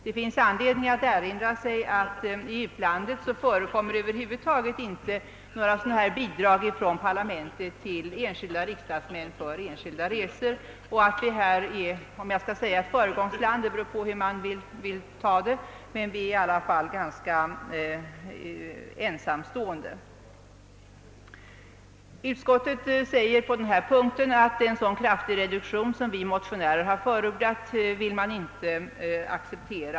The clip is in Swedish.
Det finns anledning erinra sig att i utlandet förekommer över huvud taget inte några bidrag från parlamenten till riksdagsmän för enskilda resor. I det avseendet är alltså Sverige ett föregångsland, om man nu vill använda det uttrycket härom. Vi är i alla fall ganska ensamstående. Utskottet säger på denna punkt, att det inte vill acceptera en så kraftig reduktion som vi motionärer har förordat.